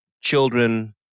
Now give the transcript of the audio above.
children